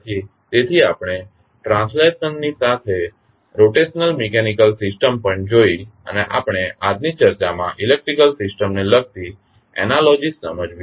તેથી આપણે ટ્રાંસલેશનલ ની સાથે સાથે રોટેશનલ મિકેનિકલ સિસ્ટમ પણ જોઇ અને આપણે આજની ચર્ચામાં ઇલેક્ટ્રીકલ સિસ્ટમને લગતી એનાલોજિઝ સમજાવી છે